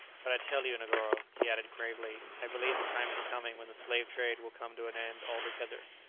but i tell you, negoro, he added gravely, i believe the time is coming when the slave-trade will come to an end altogether.